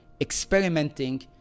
experimenting